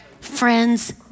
Friends